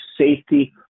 safety